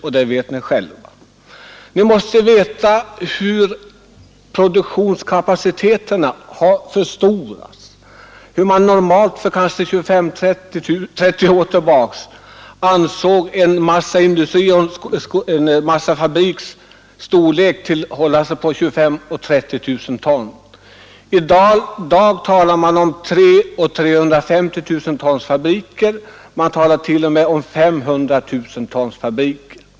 Ni måste veta hur produktionskapaciteten har ökat. För 25—30 år sedan var det normalt att en massafabrik hade en kapacitet på 25 000-30 000 ton. I dag har fabrikerna en kapacitet på 300 000 och 350 000 ton, ja t.o.m. 500 000 ton.